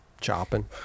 Chopping